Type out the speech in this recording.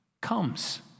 comes